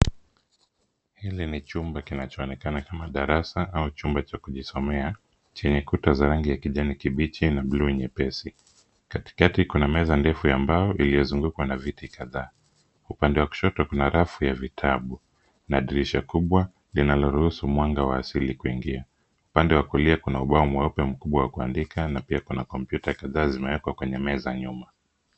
Hili ni chumba kinachoonekana kama darasa au chumba cha kujisomea, chenye kuta za rangi ya kijani kibichi na bluu nyepesi. Katikati kuna meza ndefu ya mbao, iliyozungukwa na viti kadhaa. Upande wa kushoto kuna rafu ya vitabu, na dirisha kubwa linalo ruhusu mwanga wa asili kuingia. Upande wa kulia kuna ubao mweupe mkubwa wa kuandika na pia kuna komputa kadhaa zimewekwa kwenye meza nyuma.